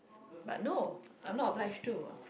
but no I'm not obliged to